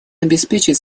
обеспечить